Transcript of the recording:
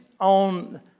On